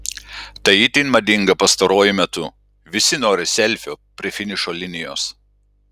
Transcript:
tai itin madinga pastaruoju metu visi nori selfio prie finišo linijos